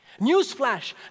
Newsflash